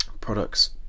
products